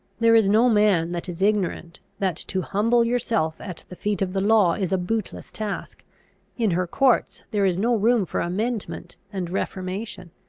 there is no man that is ignorant, that to humble yourself at the feet of the law is a bootless task in her courts there is no room for amendment and reformation.